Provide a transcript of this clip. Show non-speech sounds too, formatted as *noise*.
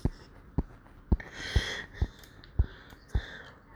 *breath*